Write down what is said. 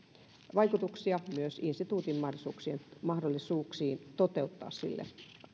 vaikutuksia myös instituutin mahdollisuuksiin toteuttaa sille